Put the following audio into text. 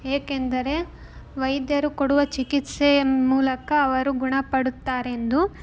ಏಕೆಂದರೆ ವೈದ್ಯರು ಕೊಡುವ ಚಿಕಿತ್ಸೆಯ ಮ್ ಮೂಲಕ ಅವರು ಗುಣ ಪಡುತ್ತಾರೆಂದು